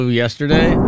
yesterday